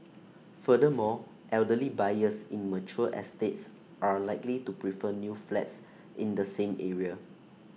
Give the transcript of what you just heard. furthermore elderly buyers in mature estates are likely to prefer new flats in the same area